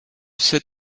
sais